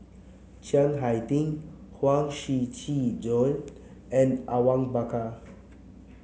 Chiang Hai Ding Huang Shiqi Joan and Awang Bakar